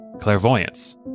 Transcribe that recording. Clairvoyance